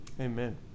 Amen